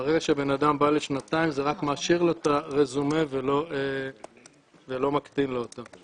ברגע שבן אדם בא לשנתיים זה רק מעשיר לו את הרזומה ולא מקטין לו אותו.